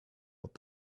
what